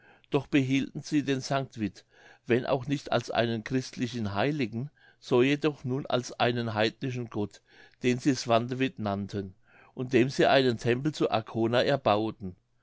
doch behielten sie den sanct vit wenn auch nicht als einen christlichen heiligen so jedoch nun als einen heidnischen gott den sie swantewit nannten und dem sie einen tempel zu arkona erbauten